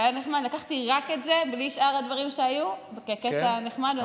לקחתי רק את זה, בלי שאר הדברים שהיו, כקטע הנחמד.